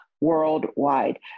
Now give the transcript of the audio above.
worldwide